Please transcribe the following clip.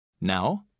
Now